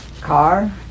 car